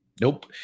nope